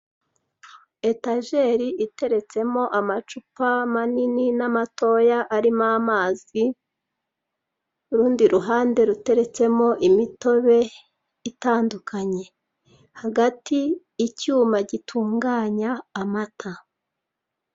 Etajeri iteretsemo amacupa manini n'amatoyo arimo amazi, urundi ruhande ruteretsemo imitobe itandukanye, hagati icyuma gitunganya amata.